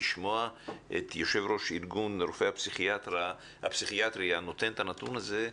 לשמוע את יושב-ראש ארגון רופאי הפסיכיאטריה נותן את הנתון הזה,